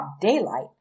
daylight